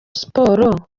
sports